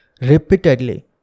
repeatedly